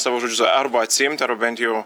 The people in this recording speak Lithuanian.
savo žodžius arba atsiimt arba bent jau